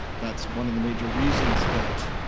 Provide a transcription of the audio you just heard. that's one of the major reasons that,